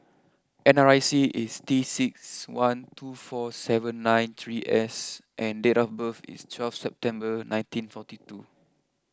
N R I C is T six one two four seven nine three S and date of birth is twelve September nineteen forty two